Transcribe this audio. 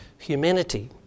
Humanity